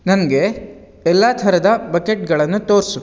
ನನಗೆ ಎಲ್ಲ ಥರದ ಬಕೆಟ್ಗಳನ್ನು ತೋರಿಸು